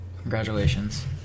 congratulations